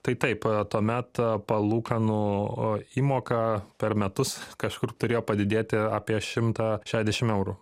tai taip tuomet palūkanų įmoka per metus kažkur turėjo padidėti apie šimtą šešiasdešim eurų